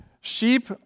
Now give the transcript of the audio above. Sheep